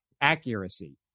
Accuracy